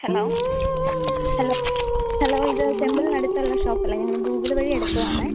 hello hello hello ഇത് ടെമ്പിളിനടുത്തുള്ള ഷോപ്പല്ലെ ഞങ്ങൾ ഗൂഗിള് വഴി എടുത്തതാണ്